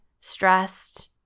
stressed